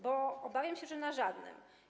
Bo obawiam się, że na żadnym.